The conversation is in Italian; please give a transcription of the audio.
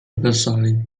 avversari